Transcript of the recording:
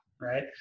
right